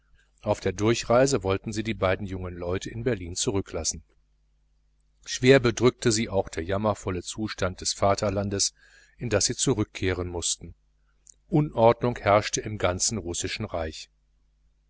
auf der durchreise wollten sie die beiden jungen leute in berlin zurücklassen schwer bedrückte sie auch der jammervolle zustand des vaterlandes in das sie zurückkehren mußten unordnung herrschte im ganzen russischen reich